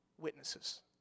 witnesses